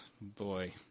boy